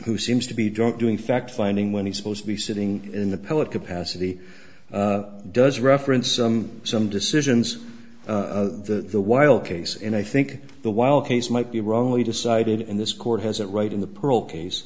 who seems to be drunk doing fact finding when he's supposed to be sitting in the poet capacity does reference some some decisions the the while case and i think the while case might be wrongly decided in this court has it right in the pearl case